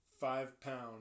five-pound